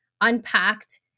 unpacked